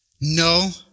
No